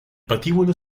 patíbulo